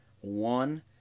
one